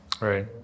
right